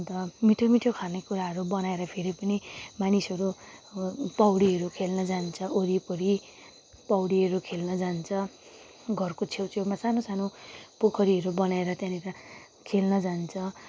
अन्त मिठो मिठो खानेकुराहरू बनाएर फेरि पनि मानिसहरू पौडीहरू खेल्न जान्छ वरिपरि पौडीहरू खेल्न जान्छ घरको छेउछेउमा सानो सानो पोखरीहरू बनाएर त्यहाँनिर खेल्न जान्छ